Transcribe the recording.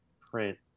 print